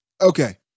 Okay